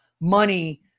money